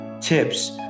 tips